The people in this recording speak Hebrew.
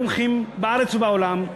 השתנו גם סוגי המומחים בארץ ובעולם,